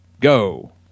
go